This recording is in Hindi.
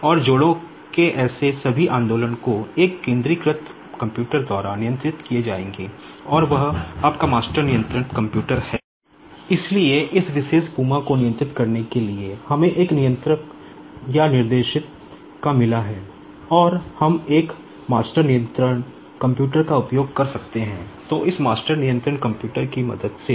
और जोड़ों के ऐसे सभी आंदोलन जो एक केंद्रीकृत कंप्यूटर द्वारा नियंत्रित किए जाएंगे और वह आपका मास्टर नियंत्रण कंप्यूटर है